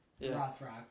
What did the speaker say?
Rothrock